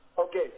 Okay